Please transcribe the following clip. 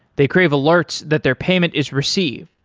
they crave alerts that their payment is received.